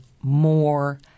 more